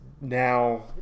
now